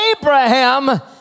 Abraham